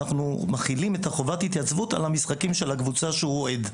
אנחנו מחילים את חובת ההתייצבות על המשחקים של הקבוצה שהוא אוהד.